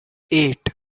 eight